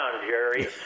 jerry